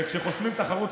וכשחוסמים תחרות,